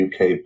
UK